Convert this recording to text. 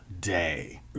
day